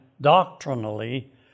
doctrinally